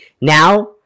Now